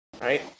right